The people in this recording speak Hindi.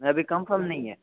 अभी कन्फर्म नहीं है